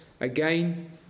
again